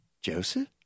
Joseph